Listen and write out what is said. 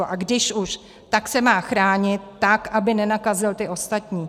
A když už, tak se má chránit tak, aby nenakazil ty ostatní.